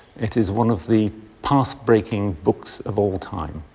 it is one of the path-breaking books of all time.